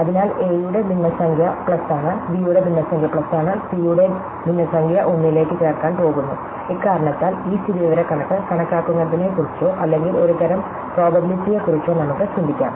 അതിനാൽ a യുടെ ഭിന്നസംഖ്യ പ്ലസ് ആണ് b യുടെ ഭിന്നസംഖ്യ പ്ലസ് ആണ് c യുടെ ഭിന്നസംഖ്യ 1 ലേക്ക് ചേർക്കാൻ പോകുന്നു ഇക്കാരണത്താൽ ഈ സ്ഥിതിവിവരക്കണക്ക് കണക്കാക്കുന്നതിനെക്കുറിച്ചോ അല്ലെങ്കിൽ ഒരുതരം പ്രോബബിലിറ്റിയെക്കുറിച്ചോ നമുക്ക് ചിന്തിക്കാം